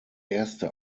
erste